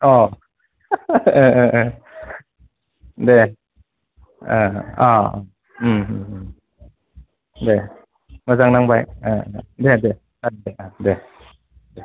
अ दे अ दे मोजां नांबाय दे दे आस्सा दे दे